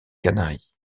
canaries